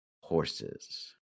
horses